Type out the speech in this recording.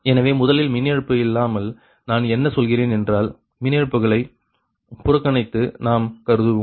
எனவே முதலில் மின் இழப்பு இல்லாமல் நான் என்ன சொல்கிறேன் என்றால் மின் இழப்புகளை புறக்கணித்து நாம் கருதுவோம்